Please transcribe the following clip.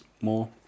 more